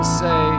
say